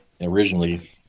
originally